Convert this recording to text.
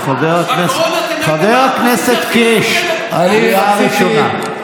בקורונה, חבר הכנסת קיש, קריאה ראשונה.